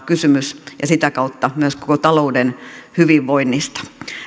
kysymys ja sitä kautta myös koko talouden hyvinvoinnista